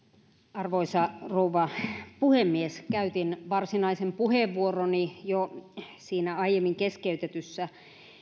arvoisa rouva puhemies käytin varsinaisen puheenvuoroni jo siinä aiemmin keskeytetyssä